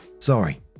Sorry